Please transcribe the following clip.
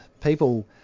people